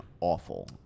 awful